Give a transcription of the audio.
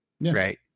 right